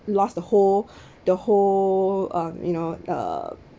lost the whole the whole um you know uh